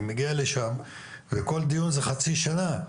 אני מגיע לשם וכל דיון זה חצי שנה,